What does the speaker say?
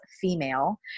female